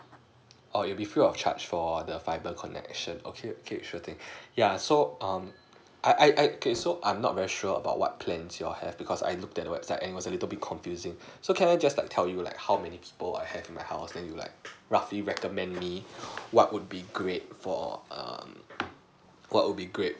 oo it'll be free of charge for the fibre connection okay okay sure thing yeah so um I I I okay so I'm not very sure about what plans you have because I look at the website and that's a little bit confusing so can I just like tell you like how many people I have in my house then you like roughly recommend me what would be great for um what would be great